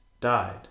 died